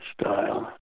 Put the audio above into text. style